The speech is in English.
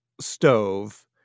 stove